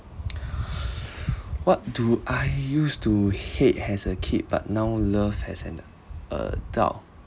what do I use to hate as a kid but now love as an adult